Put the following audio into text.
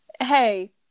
hey